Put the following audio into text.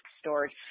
storage